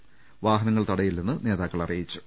അതേസമയം വാഹനങ്ങൾ തടയില്ലെന്ന് നേതാക്കൾ അറിയിച്ചു